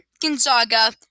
Gonzaga